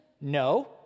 No